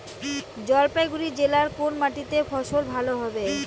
জলপাইগুড়ি জেলায় কোন মাটিতে ফসল ভালো হবে?